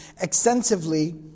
extensively